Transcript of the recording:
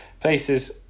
places